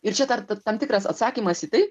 ir čia dar ta tam tikras atsakymas į tai